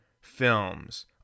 films